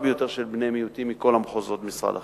ביותר של בני מיעוטים מכל המחוזות במשרד החינוך.